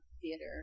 Theater